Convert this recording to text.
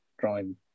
drawing